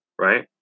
Right